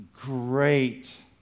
great